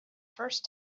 first